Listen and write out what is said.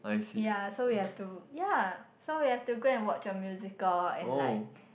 ya so we have to ya so we have to go and watch a musical and like